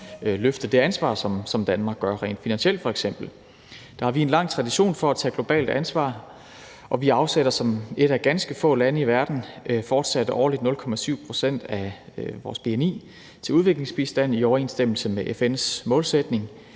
løfte det ansvar, som Danmark f.eks. gør rent finansielt. Vi har en lang tradition for at tage globalt ansvar, og vi afsætter som et af ganske få lande i verden fortsat årligt 0,7 pct. af vores bni til udviklingsbistand i overensstemmelse med FN's målsætning.